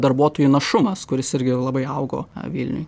darbuotojų našumas kuris irgi labai augo vilniuj